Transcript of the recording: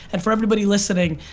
and for everybody listening,